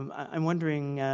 um i'm wondering